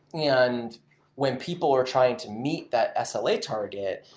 and when people are trying to meet that ah sla target,